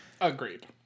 Agreed